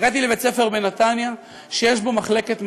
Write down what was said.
הגעתי לבית-ספר בנתניה שיש בו מחלקת מדעים.